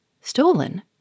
Stolen